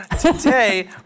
today